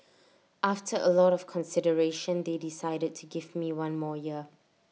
after A lot of consideration they decided to give me one more year